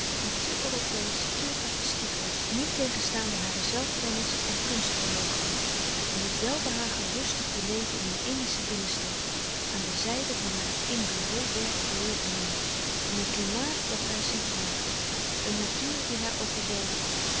die te europeesch te artistiek was niettegenstaande hare zelfkennis en kunstverloochening om met welbehagen rustig te leven in een indische binnenstad aan de zijde van haar in bureau werk verloren man in een klimaat dat haar ziek maakte een natuur die haar overweldigde